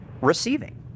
receiving